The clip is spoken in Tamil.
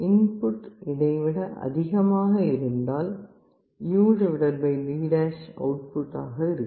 இன்புட் இதைவிட அதிகமாக இருந்தால் UD' அவுட் புட் 1 ஆக இருக்கும்